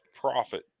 profit